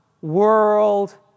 world